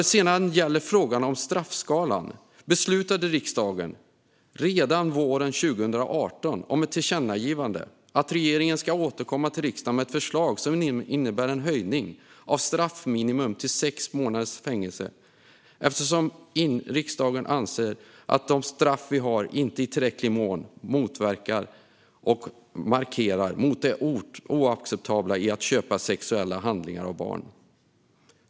Vad sedan gäller frågan om straffskalan för brottet beslutade riksdagen redan våren 2018 om ett tillkännagivande om att regeringen skulle återkomma till riksdagen med ett förslag som innebär en höjning av straffminimum till sex månaders fängelse, eftersom riksdagen anser att de straff vi har i dag inte i tillräcklig grad motverkar och markerar mot det oacceptabla i att köpa sexuella handlingar av barn.